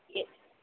A